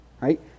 Right